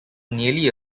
nearly